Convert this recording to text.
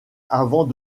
avant